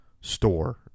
store